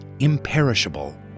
imperishable